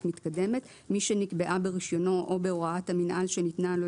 מתקדמת" מי שנקבעה ברישיונו או בהוראת המינהל שניתנה לו,